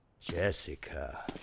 Jessica